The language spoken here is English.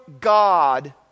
God